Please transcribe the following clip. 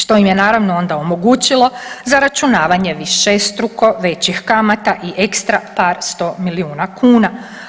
Što im je naravno onda omogućilo zaračunavanje višestruko većih kamata i ekstra par 100 milijuna kuna.